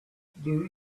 there